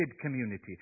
community